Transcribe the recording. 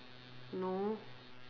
no